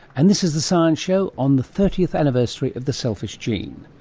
and this is the science show on the thirtieth anniversary of the selfish gene.